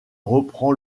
reprend